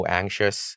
anxious